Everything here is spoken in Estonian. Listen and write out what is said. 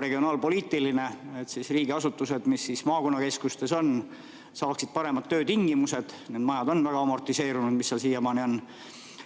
regionaalpoliitiline, et riigiasutused, mis maakonnakeskustes on, saaksid paremad töötingimused. Need majad on väga amortiseerunud, mis seal on.